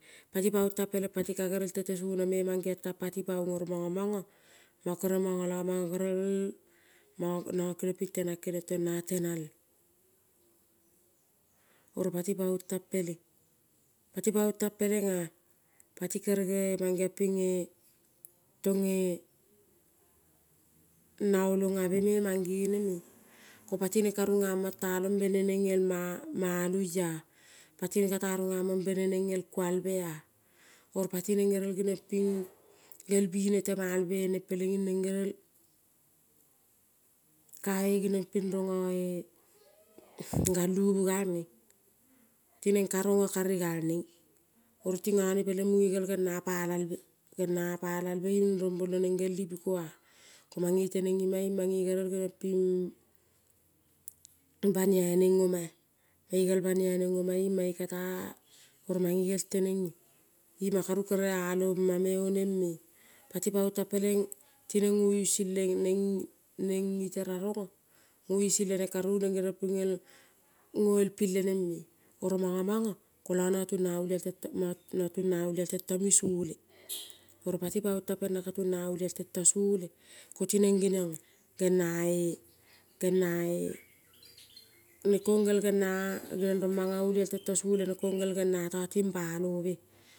Pati paong tang peleng pati ka gerel tetesono me mangeiong tang pati paong. Oro mongo mongo, mongo kere mongolo mongo gerel nongo tenang keniong tong nanga tenang lo. Oro pati paong tang peleng, pati paong tang pelengea pati kerege mangeong pinge tonge na olongabe me mangeneme, ko pati neng ka rung among tea pene neng elma maloiea. Pati neng katea rungeamong beneneng el kualbe, oro pati neng gerel geniong ping gel bine temalbe neng pelenging neng kae geniong ping rongo-e galubu gal neng. Tineng ka rongo kari gal neng, oro tingone peleng munge gerel ngena palalbe, ngena palalbe ing ruombolo neng gel ipukea. Komange teneng ima koing mange gel geniong ping banioi neng oma-ea, mange gel banioi neng ing mange ka gel katea oro mange gerel tenengea ima karu kere ealomeme oneng me. Pati paong tang peleng pati neng ngo nging le neng ngi tera rongo, ngo using le neng karo neng ngeniong ping gel ngoelping leneng me. Oro mongo mongo koio nongo tunga olial tento nongo tunga olial tento mine sole. Oro pati paong tang peleng nang ka tunga olial tento sole, kotineng ngeniongea genae, genae, neng kong gena orong manga olial tento sole gerel gena to ting banopea.